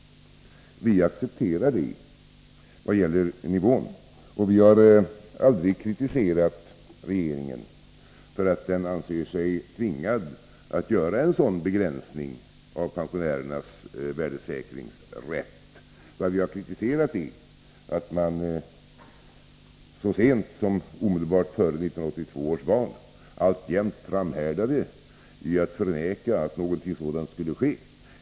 Vi accepterar detta. Vi har aldrig kritiserat regeringen för att den anser sig tvingad att göra en sådan begränsning av pensionärernas rätt till värdesäkring. Vad vi har kritiserat är att man så sent som omedelbart före 1982 års val alltjämt framhärdade i att förneka att någonting sådant skulle göras.